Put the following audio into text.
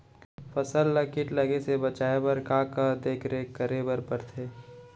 फसल ला किट लगे से बचाए बर, का का देखरेख करे बर परथे?